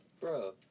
bro